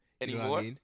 Anymore